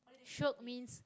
shiok means